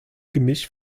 gemisch